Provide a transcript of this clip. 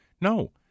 No